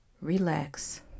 Relax